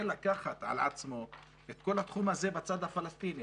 לקחת על עצמו את כל התחום הזה בצד הפלסטיני,